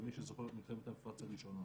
למי שזוכר את מלחמת המפרץ הראשונה.